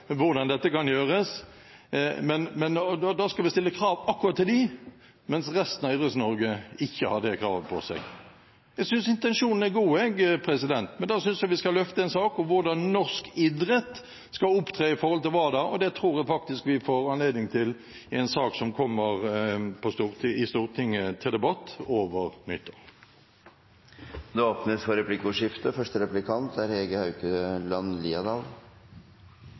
hvordan dette kan gjøres – akkurat til dem, mens resten av Idretts-Norge ikke har det kravet på seg. Jeg synes intensjonen er god. Da synes jeg vi skal løfte en sak om hvordan norsk idrett skal opptre i forhold til WADA, og det tror jeg faktisk vi får anledning til i en sak som kommer til Stortinget for debatt over nyttår. Det blir replikkordskifte. Jeg skjønner at representanten Harberg er indignert over Norges idrettsforbunds uttalelser på høringen. Allikevel, og fullt og helt – til